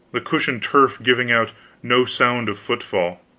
the cushioned turf giving out no sound of footfall